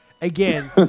again